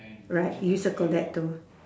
right you circle that too